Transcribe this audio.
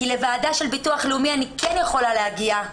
כי לוועדה של הביטוח הלאומי אני כן יכולה להגיע,